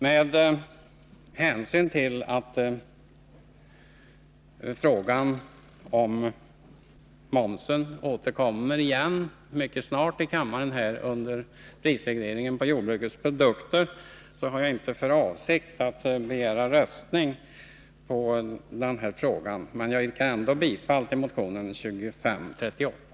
Med hänsyn till att frågan om momsen mycket snart återkommer i kammaren, i debatten om prisreglering på jordbruksprodukter, har jag inte för avsikt att begära röstning i den här frågan, men jag yrkar ändå bifall till motionen 2538.